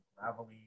gravelly